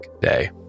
day